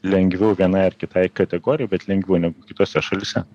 lengviau vienai ar kitai kategorijai bet lengviau negu kitose šalyse